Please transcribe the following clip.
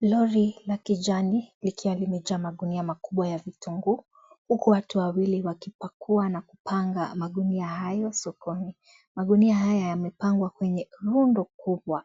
Lori la kijani likiwa limejaa magunia makubwa ya vitunguu huku watu wawili waki pakua na kupanga magunia hayo sokoni, magunia haya yamepangwa kwenye rundo kubwa